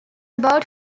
about